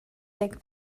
deg